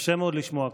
קשה מאוד לשמוע כך.